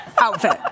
outfit